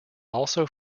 also